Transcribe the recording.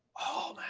oh